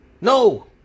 No